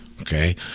Okay